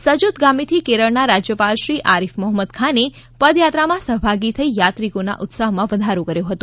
સજોદ ગામેથી કેરળના રાજ્યપાલશ્રી આરીફ મોહંમદ ખાને પદયાત્રામાં સહભાગી થઈ યાત્રિકોના ઉત્સાહમાં વધારો કર્યો હતો